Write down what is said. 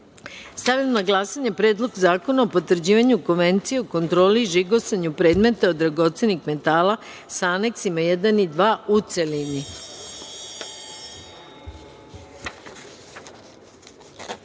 zakona. Stavljam na glasanje Predlog Zakona o potvrđivanju Konvencije o kontroli i žigosanju predmeta od dragocenih metala, sa aneksima I i II, u